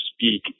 speak